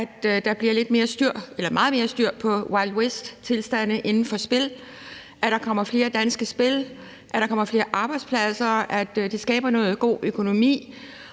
at der kommer meget mere styr på wildwesttilstande inden for spil, at der kommer flere danske spil, at der kommer flere arbejdspladser, at det skaber noget god økonomi,